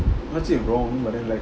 not say wrong but then like